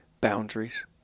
boundaries